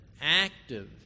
active